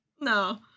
No